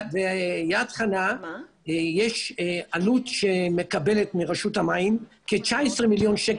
ביד חנה יש עלות שמתקבלת מרשות המים כ-19 מיליון שקל